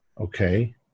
Okay